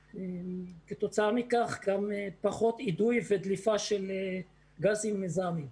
וכתוצאה מכך גם פחות אידוי ודליפה של גזים מזהמים.